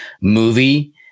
movie